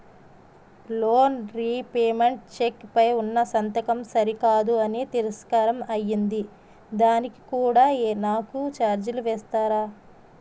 Loan repayment cheque పై ఉన్నా సంతకం సరికాదు అని తిరస్కారం అయ్యింది దానికి కూడా నాకు ఛార్జీలు వేస్తారా?